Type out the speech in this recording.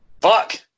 Fuck